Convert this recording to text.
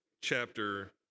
chapter